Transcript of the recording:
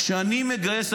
כשאני מגייס,